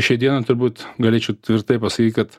šią dieną turbūt galėčiau tvirtai pasakyti kad